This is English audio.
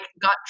got